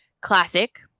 classic